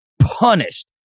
punished